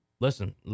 Listen